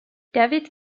david